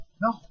No